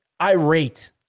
irate